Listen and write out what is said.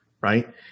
Right